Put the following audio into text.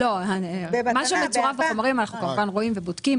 מה שמצורף בחומרים אנחנו כמובן רואים ובודקים.